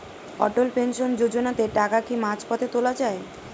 অটল pension যোজনাতে টাকা কি মাঝপথে তোলা যায়?